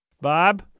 Bob